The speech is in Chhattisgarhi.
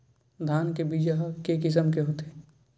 धान के बीजा ह के किसम के होथे?